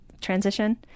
transition